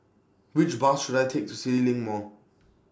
Which Bus should I Take to CityLink Mall